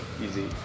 easy